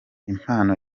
impano